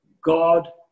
God